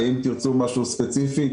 האם תירצו משהו ספציפי?